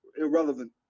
irrelevant